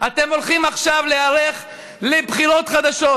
אתם הולכים עכשיו להיערך לבחירות חדשות.